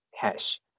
cash